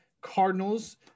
Cardinals